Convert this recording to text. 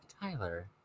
Tyler